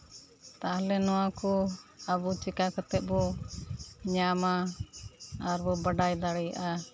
ᱛᱟᱦᱞᱮ ᱱᱚᱣᱟ ᱠᱚ ᱟᱵᱚ ᱪᱮᱠᱟ ᱠᱟᱛᱮᱫ ᱵᱚ ᱧᱟᱢᱟ ᱟᱨᱵᱚ ᱵᱟᱰᱟᱭ ᱫᱟᱲᱮᱭᱟᱜᱼᱟ